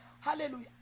Hallelujah